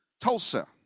Tulsa